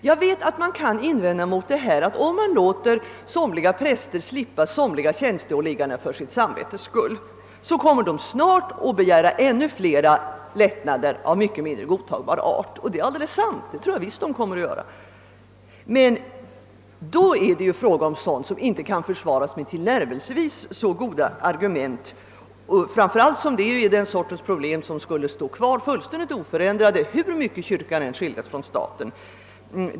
Jag vet att det kan invändas att, om man låter somliga präster slippa vissa tjänsteåligganden för samvetets skull, kommer de snart att begära flera lättnader och då av mycket mindre godtagbar art. Jag tror visst att de kommer att göra detta, men då rör det sig om sådant som inte kan försvaras med tillnärmelsevis så goda argument, framför allt eftersom det gäller sådana problem som skulle kvarstå fullständigt oförändrade hur mycket kyrkan än skildes från staten.